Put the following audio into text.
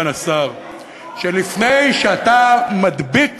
שלפני שאתה מדביק